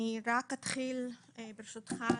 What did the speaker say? אני אתחיל ברשותך,